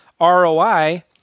ROI